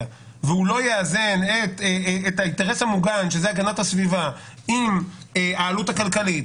ולא יאזן את האינטרס המוגן שזה הגנת הסביבה עם העלות הכלכלית